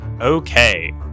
Okay